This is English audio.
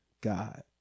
God